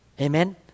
Amen